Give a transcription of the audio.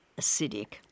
acidic